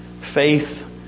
Faith